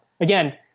again